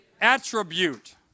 Attribute